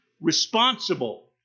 responsible